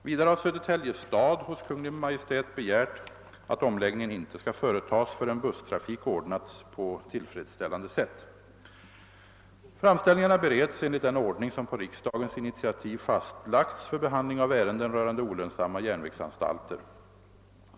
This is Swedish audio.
Vidare har Södertälje stad hos Kungl. Maj:t begärt att omläggningen inte skall företas förrän busstrafik ordnats på tillfredsställande sätt. Framställningarna bereds enligt den ordning som på riksdagens initiativ fastlagts för behandling av ärenden rörande olönsamma järnvägsanstalter.